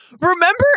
Remember